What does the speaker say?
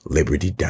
Liberty